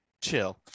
chill